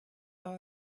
saw